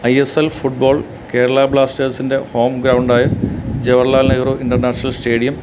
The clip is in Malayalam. I S L football Kerala ബ്ലാസ്റ്റേർസിൻ്റെ ഹോം ഗ്രൗണ്ടായ ജവാഹർലാൽ നെഹ്റു ഇൻറ്റർനാഷണൽ സ്റ്റേഡിയം